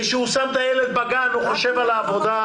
וכשהוא שם את הילד בגן הוא חושב על העבודה.